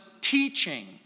teaching